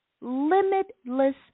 limitless